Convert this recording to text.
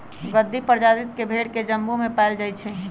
गद्दी परजाति के भेड़ जम्मू में पाएल जाई छई